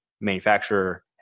manufacturer